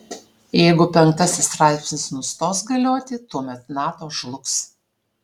jeigu penktasis straipsnis nustos galioti tuomet nato žlugs